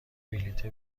بلیط